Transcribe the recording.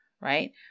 right